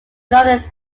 another